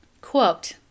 Quote